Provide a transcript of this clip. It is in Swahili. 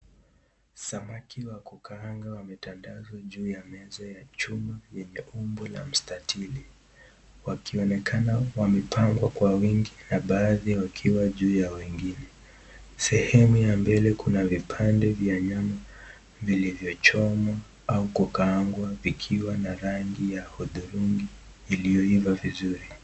Samaki wakukaangwa wametandzwa juu ya meza ya chuma yenye umbo wa mstatili. Wakiinonekana wamepangwa kwa wengi na baadhi wakiwa juu ya wengine. Sehemu ya mbele kuna vipande vya nyama , vilivyo chomwa au kukaangwa vikiwa na rangi ya uthurungi iliyoiva vizuri.